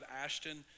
Ashton